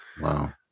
Wow